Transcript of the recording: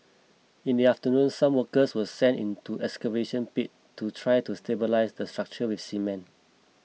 in the afternoon some workers were sent into excavation pit to try to stabilise the structure with cement